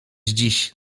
dziś